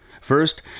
First